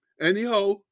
Anyhow